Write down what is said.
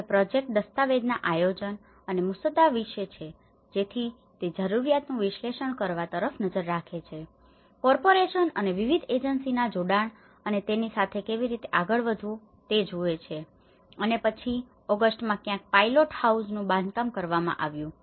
તો તે પ્રોજેક્ટ દસ્તાવેજના આયોજન અને મુસદ્દા વિશે છે જેથી તે જરૂરિયાતોનું વિશ્લેષણ કરવા તરફ નજર રાખે છે કોર્પોરેશન અને વિવિધ એજન્સીઓના જોડાણ અને તેની સાથે કેવી રીતે આગળ વધવું તે જુએ છે અને પછી ઓગસ્ટમાં ક્યાંક પાઇલોટહાઉસનું બાંધકામ કરવામાં આવ્યું